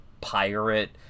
pirate